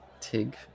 tig